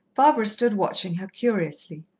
barbara stood watching her curiously.